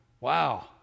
Wow